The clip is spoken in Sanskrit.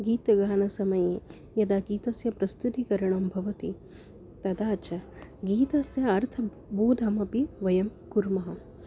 गीतगानसमये यदा गीतस्य प्रस्तुतिकरणं भवति तदा च गीतस्य अर्थबोधमपि वयं कुर्मः